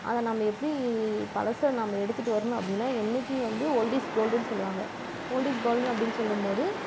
அதை நம்ப எப்படி பழச நாம எடுத்துகிட்டு வர்ணும் அப்படினா என்னைக்கு வந்து ஓல்ட் ஈஸ் கோல்டுனு சொல்லுவாங்க ஓல்ட் ஈஸ் கோல்டு அப்படினு சொல்லும்போது